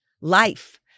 life